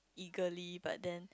eagerly but then